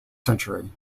century